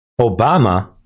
Obama